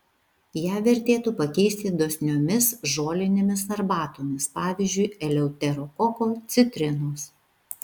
ją vertėtų pakeisti dosniomis žolinėmis arbatomis pavyzdžiui eleuterokoko citrinos